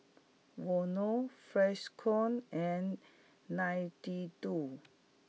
Vono Freshkon and Nintendo